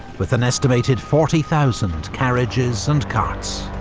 with an estimated forty thousand carriages and carts.